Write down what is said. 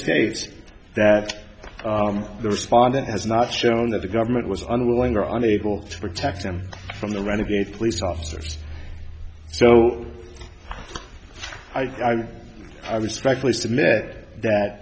states that the respondent has not shown that the government was unwilling or unable to protect him from the renegade police officers so i respectfully submit that